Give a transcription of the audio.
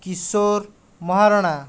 Kishore Maharana